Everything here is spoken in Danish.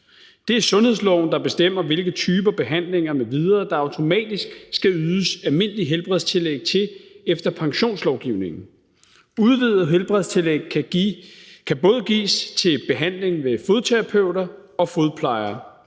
Det er sundhedsloven, der bestemmer, hvilke typer behandlinger m.v. der automatisk skal ydes almindelige helbredstillæg til efter pensionslovgivningen. Udvidet helbredstillæg kan både gives til behandlingen ved fodterapeuter og fodplejere.